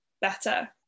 better